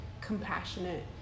compassionate